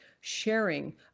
sharing